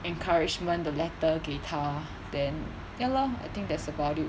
encouragement 的 letter 给她 lor then ya lor I think that's about it